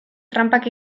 tranpak